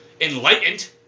enlightened